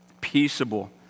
peaceable